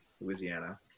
Louisiana